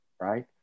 right